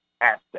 asset